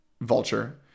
Vulture